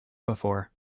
before